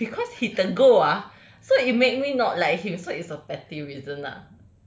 because he tegur ah so it make me not like him so it's a petty reason lah